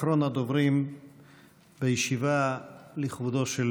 אחרון הדוברים בישיבה לכבודו של